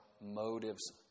motives